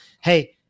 Hey